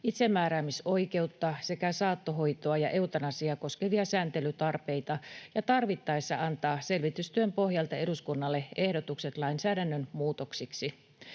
itsemääräämisoikeutta sekä saattohoitoa ja eutanasiaa koskevia sääntelytarpeita ja tarvittaessa antaa selvitystyön pohjalta eduskunnalle ehdotukset lainsäädännön muutoksiksi.